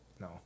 No